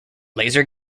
laser